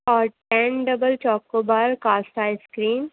اور ten double choco bar cast ice کریم